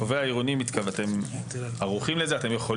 אבל לאור מה ששמענו כאן בוועדה ואחרי האבחנה הזאת.